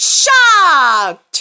shocked